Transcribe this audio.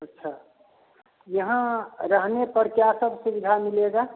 अच्छा यहाँ रहने पर क्या सब सुविधा मिलेगी